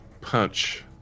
punch